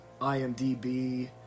IMDB